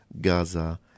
Gaza